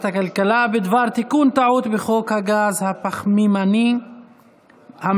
הכלכלה בדבר תיקון טעות בחוק הגז הפחמימני המעובה.